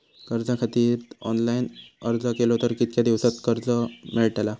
कर्जा खातीत ऑनलाईन अर्ज केलो तर कितक्या दिवसात कर्ज मेलतला?